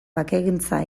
bakegintza